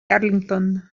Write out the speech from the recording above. arlington